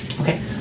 Okay